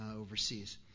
overseas